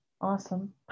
awesome